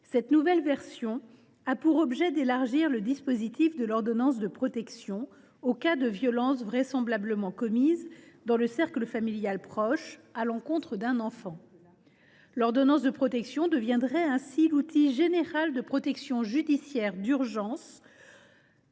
actuels, elle propose d’élargir le dispositif de l’ordonnance de protection aux cas vraisemblables de violences commises dans le cercle familial proche à l’encontre d’un enfant. L’ordonnance de protection deviendrait ainsi l’outil général de protection judiciaire d’urgence